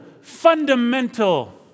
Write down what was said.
fundamental